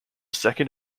second